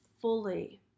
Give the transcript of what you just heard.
fully